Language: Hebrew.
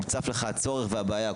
צף לך הצורך והבעיה.